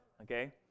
okay